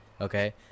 Okay